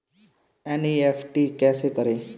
NEFT कैसे करें?